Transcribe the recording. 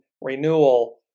renewal